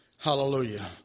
Hallelujah